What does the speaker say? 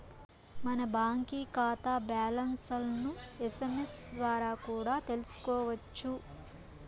మన బాంకీ కాతా బ్యాలన్స్లను ఎస్.ఎమ్.ఎస్ ద్వారా కూడా తెల్సుకోవచ్చు